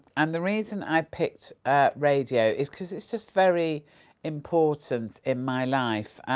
and the reason i picked radio is because it's just very important in my life.